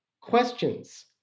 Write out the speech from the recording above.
Questions